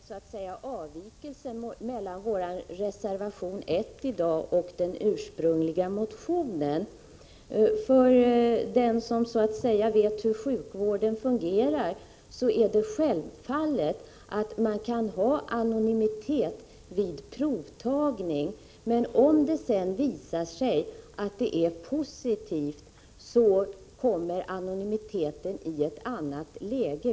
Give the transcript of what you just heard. Fru talman! Jag vill bara klargöra att det i vår reservation 1 inte görs någon avvikelse från den ursprungliga motionen. För den som vet hur sjukvården fungerar är det självklart att det går att ha anonymitet vid provtagning. Om provet sedan visar sig vara positivt kommer anonymiteten emellertid i ett annat läge.